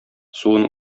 суын